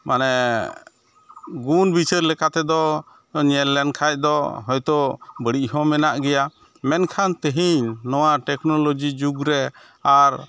ᱢᱟᱱᱮ ᱜᱩᱱ ᱵᱤᱪᱟᱹᱨ ᱞᱮᱠᱟ ᱛᱮᱫᱚ ᱧᱮᱞ ᱞᱮᱱᱠᱷᱟᱡ ᱫᱚ ᱦᱳᱭᱛᱳ ᱵᱟᱹᱲᱤᱡ ᱦᱚᱸ ᱢᱮᱱᱟᱜ ᱜᱮᱭᱟ ᱢᱮᱱᱠᱷᱟᱱ ᱛᱮᱦᱮᱧ ᱱᱚᱣᱟ ᱴᱮᱠᱱᱳᱞᱚᱡᱤ ᱡᱩᱜᱽ ᱨᱮ ᱟᱨ